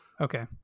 Okay